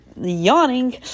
yawning